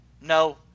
No